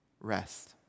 Rest